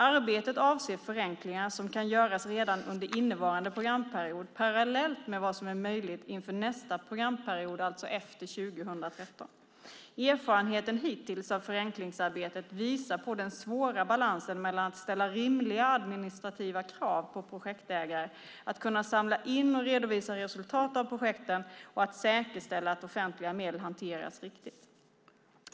Arbetet avser förenklingar som kan göras redan under innevarande programperiod parallellt med vad som är möjligt inför nästa programperiod, alltså efter 2013. Erfarenheten hittills av förenklingsarbetet visar på den svåra balansen mellan att ställa rimliga administrativa krav på projektägare, att kunna samla in och redovisa resultat av projekten och att säkerställa att offentliga medel hanteras riktigt.